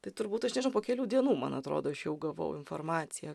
tai turbūt aš nežinau po kelių dienų man atrodo aš jau gavau informaciją